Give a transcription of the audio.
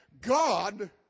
God